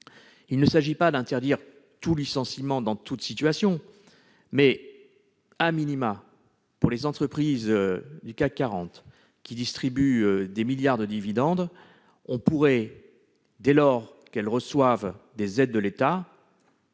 Il ne s'agit pas d'interdire tout licenciement dans toute situation, mais,, de réserver cette mesure aux entreprises du CAC 40, qui distribuent des milliards de dividendes, dès lors qu'elles reçoivent des aides de l'État.